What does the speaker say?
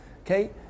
Okay